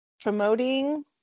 promoting